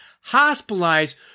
hospitalized